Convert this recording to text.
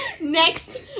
Next